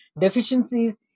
deficiencies